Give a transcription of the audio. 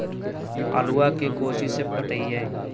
आलुआ के कोचि से पटाइए?